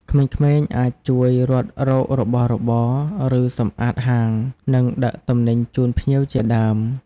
ក្មេងៗអាចជួយរត់រករបស់របរ ឬសម្អាតហាង និងដឹកទំនិញជូនភ្ញៀវជាដើម។